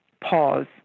pause